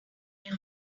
est